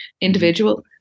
individual